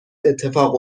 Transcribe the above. اتفاق